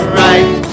right